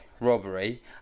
Robbery